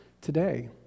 today